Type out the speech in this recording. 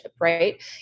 right